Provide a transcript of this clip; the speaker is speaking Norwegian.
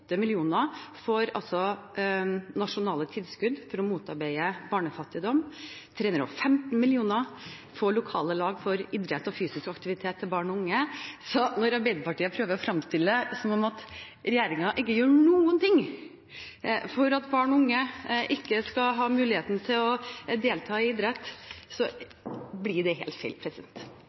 barnefattigdom, 315 mill. kr går til lokale lag for idrett og fysisk aktivitet for barn og unge. Så når Arbeiderpartiet prøver å fremstille det som om regjeringen ikke gjør noen ting for at barn og unge skal ha mulighet til å delta i idrett, blir det helt feil.